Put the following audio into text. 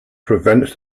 prevents